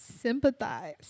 sympathize